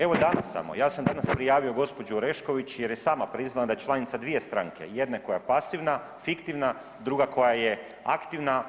Evo danas samo, ja sam danas prijavio gospođu Orešković jer je sama priznala da je članica dvije stranke jedne koja je pasivna, fiktivna, druga koja je aktivna.